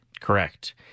Correct